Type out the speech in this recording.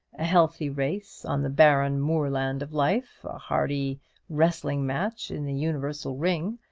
a healthy race on the barren moorland of life, a hearty wrestling match in the universal ring.